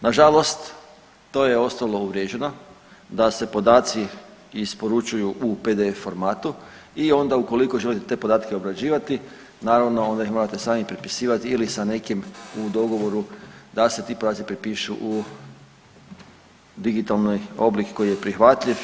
Na žalost to je ostalo uvriježeno da se podaci isporučuju u PDF formatu i onda ukoliko želite te podatke obrađivati, naravno onda im morate sami prepisivati ili sa nekim u dogovoru da se ti podaci prepišu u digitalni oblik koji je prihvatljiv.